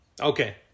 Okay